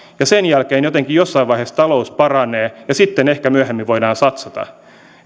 ja sen jälkeen jotenkin jossain vaiheessa talous paranee ja sitten ehkä myöhemmin voidaan satsata